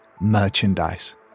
Merchandise